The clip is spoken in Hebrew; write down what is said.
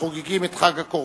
החוגגים את חג הקורבן.